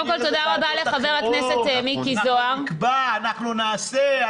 אנחנו נקבע, אנחנו נעשה.